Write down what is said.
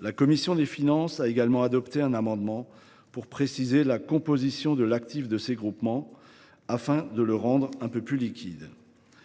La commission des finances a également adopté un amendement pour préciser la composition de l’actif de ces groupements, afin de le rendre un peu plus liquide.